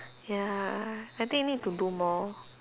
ya I think need to do more